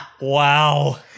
Wow